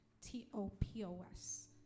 T-O-P-O-S